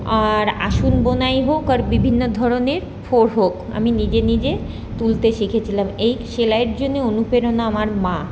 আর আসন বোনাই হোক আর বিভিন্ন ধরনের ফোঁড় হোক আমি নিজে নিজে তুলতে শিখেছিলাম এই সেলাইয়ের জন্য অনুপ্রেরণা আমার মা